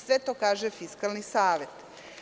Sve to kaže Fiskalni savet.